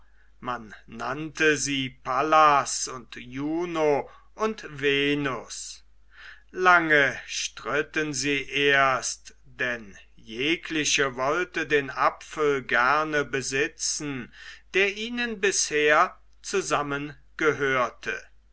man nannte sie pallas und juno und venus lange stritten sie erst denn jegliche wollte den apfel gerne besitzen der ihnen bisher